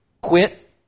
quit